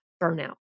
burnout